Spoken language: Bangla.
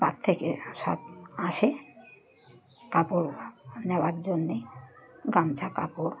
বার থেকে সব আসে কাপড় নেওয়ার জন্যে গামছা কাপড়